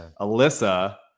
Alyssa